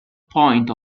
point